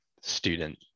student